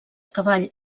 cavall